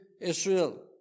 Israel